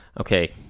Okay